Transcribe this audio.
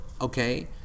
Okay